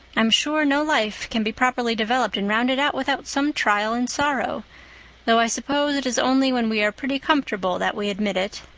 i'm sure no life can be properly developed and rounded out without some trial and sorrow though i suppose it is only when we are pretty comfortable that we admit it.